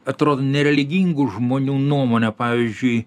atrodo nereligingų žmonių nuomone pavyzdžiui